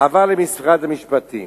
עבר למשרד המשפטים,